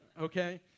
okay